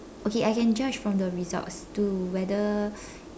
okay I can judge from the results do whether